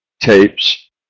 tapes